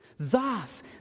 Thus